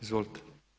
Izvolite.